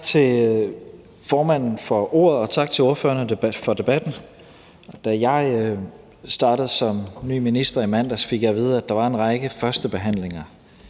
Tak til formanden for ordet, og tak til ordførerne for debatten. Da jeg startede som ny minister i mandags, fik jeg at vide, at der var en række førstebehandlinger